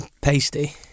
pasty